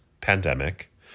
pandemic –